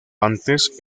antes